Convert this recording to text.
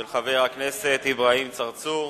של חבר הכנסת אברהים צרצור.